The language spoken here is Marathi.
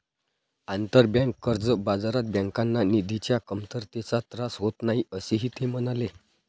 आंतरबँक कर्ज बाजारात बँकांना निधीच्या कमतरतेचा त्रास होत नाही, असेही ते म्हणाले